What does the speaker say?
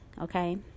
okay